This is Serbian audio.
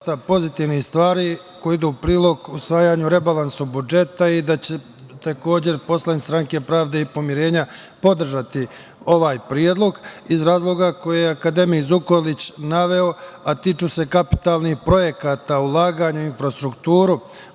pozitivnih stvari koje idu u prilog usvajanju rebalansa budžeta i da će takođe, poslanici Stranke pravde i pomirenja podržati ovaj predlog iz razloga koji je akademik Zukorlić naveo, a tiču se kapitalnih projekata, ulaganju u infrastrukturu,